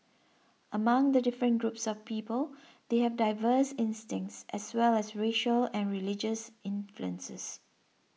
among the different groups of people they have diverse instincts as well as racial and religious influences